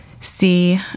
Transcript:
see